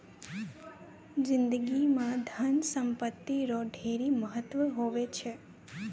जिनगी म धन संपत्ति रो ढेरी महत्व हुवै छै